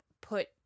put